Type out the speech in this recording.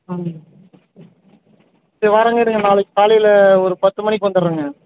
ம் சரி வரங்க இருங்க நாளைக்கு காலையில ஒரு பத்து மணிக்கு வந்துர்ரங்க